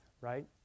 right